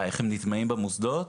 איך הם נטמעים במוסדות?